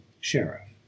sheriff